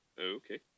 Okay